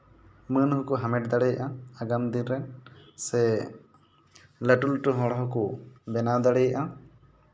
ᱢᱟᱹᱱ ᱦᱚᱸᱠᱚ ᱦᱟᱢᱮᱴ ᱫᱟᱲᱮᱭᱟᱜᱼᱟ ᱟᱜᱟᱢ ᱫᱤᱱᱨᱮ ᱥᱮ ᱞᱟᱹᱴᱩ ᱞᱟᱹᱴᱩ ᱦᱚᱲ ᱦᱚᱸᱠᱚ ᱵᱮᱱᱟᱣ ᱫᱟᱲᱮᱭᱟᱜᱼᱟ